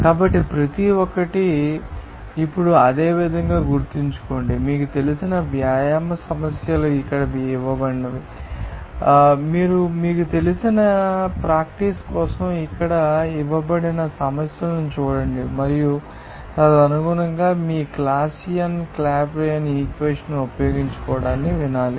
కాబట్టి ప్రతి ఒక్కటి ఇప్పుడు అదేవిధంగా గుర్తుంచుకోండి మీకు తెలిసిన వ్యాయామ సమస్యలు ఇక్కడ ఇవ్వబడినవి మీరు మీకు తెలిసిన ప్రాక్టీస్ కోసం ఇక్కడ ఇవ్వబడిన సమస్యలను చూడండి మరియు తదనుగుణంగా మీరు క్లాసియస్ క్లాపెరాన్ ఈక్వేషన్ ఉపయోగించుకోవడాన్ని వినాలి